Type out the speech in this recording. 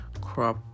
crop